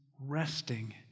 resting